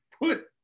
put